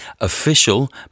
official